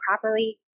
properly